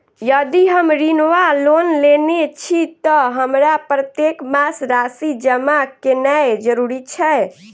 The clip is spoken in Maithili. यदि हम ऋण वा लोन लेने छी तऽ हमरा प्रत्येक मास राशि जमा केनैय जरूरी छै?